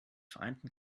vereinten